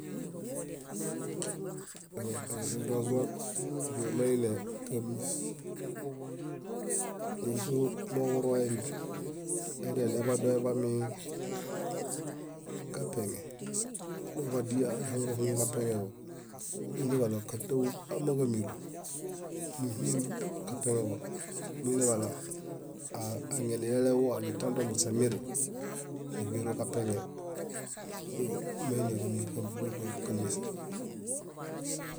. Ẽ- ẽ- ndovõ dóo meine kámis nízo moġuroemi edialeneḃay doeḃami kapeñe, numuḃadiaa áhaŋuġahuyẽġapeñeġo. Muiniġaɭo kátaw ámãġamiro, níhuyen kapeñeġo. Muiniġaɭo aŋenilele wao nitandomuśemiri, níḃeloġapeñee. Dóo méineġamikom, dóo dõk kámis.